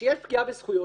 כשיש פגיעה בזכויות,